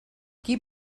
qui